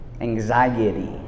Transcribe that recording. anxiety